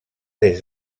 des